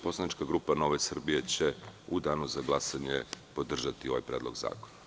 Poslanička grupa NS će u Danu za glasanje podržati ovaj predlog zakona.